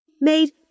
made